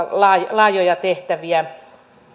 laajoja tehtäviä